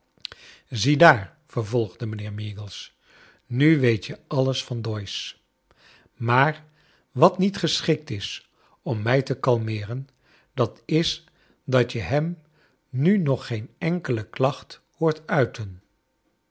ziedaar vervolgde mijnheer meagles nu weet je alles van doyce maar wat niet geschikt is om mij te kalmeeren dat is dat je hem nu nog geen enkele klacht hoort uiten